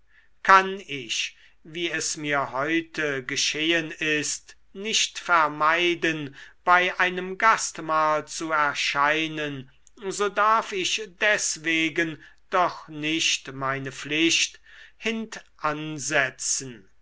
kann ich wie es mir heute geschehen ist nicht vermeiden bei einem gastmahl zu erscheinen so darf ich deswegen doch nicht meine pflicht